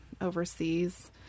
overseas